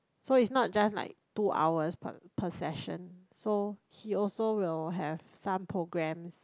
so it's not just like two hours per per session so he also will have some programs